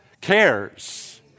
cares